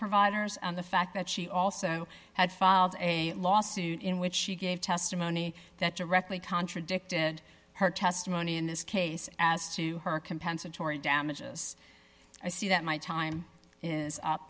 providers and the fact that she also had filed a lawsuit in which she gave testimony that directly contradicted her testimony in this case as to her compensatory damages i see that my time is up